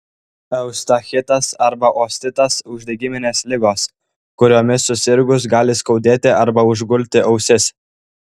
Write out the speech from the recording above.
eustachitas arba ostitas uždegiminės ligos kuriomis susirgus gali skaudėti ar užgulti ausis